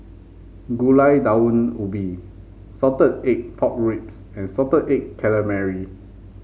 Gulai Daun Ubi Salted Egg Pork Ribs and Salted Egg Calamari